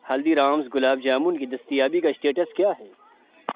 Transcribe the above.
ہلدی رامز گلاب جامن کی دستیابی کا اسٹیٹس کیا ہے